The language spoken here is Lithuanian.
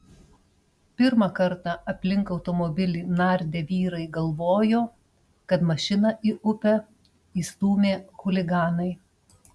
pirmą kartą aplink automobilį nardę vyrai galvojo kad mašiną į upę įstūmė chuliganai